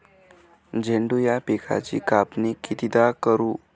झेंडू या पिकाची कापनी कितीदा करू?